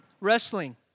Wrestling